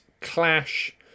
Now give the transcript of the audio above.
clash